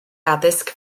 addysg